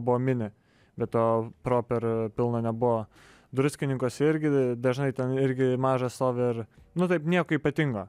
buvo mini be to pro per pilna nebuvo druskininkuose irgi dažnai ten irgi mažas stovi ir nu taip nieko ypatingo